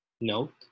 Note